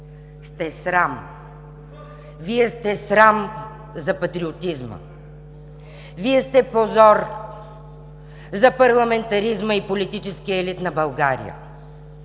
Вие сте срам за патриотизма! Вие сте позор за парламентаризма и политическия елит на България!